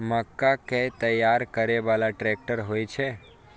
मक्का कै तैयार करै बाला ट्रेक्टर होय छै?